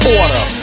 order